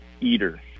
eater